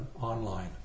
online